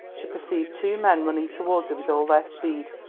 she perceived two men running towards her with all their speed,